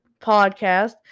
podcast